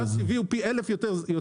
גז טבעי בטוח פי אלף יותר מגפ"מ,